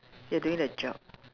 you're doing the job